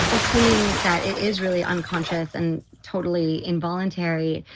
assuming that it is really unconscious and totally involuntary,